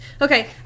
Okay